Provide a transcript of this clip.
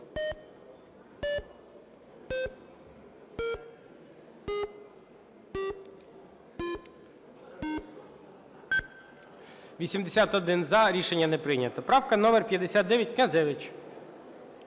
За-81 Рішення не прийнято. Правка номер 59, Князевич.